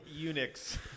Unix